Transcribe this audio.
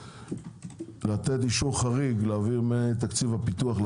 לתת אישור חריג להעביר לתקציב הפיתוח,